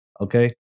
Okay